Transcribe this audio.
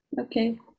Okay